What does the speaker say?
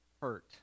hurt